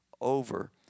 over